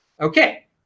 Okay